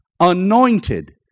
anointed